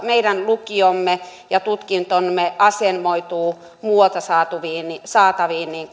meidän lukiomme ja tutkintomme asemoituu muualta saataviin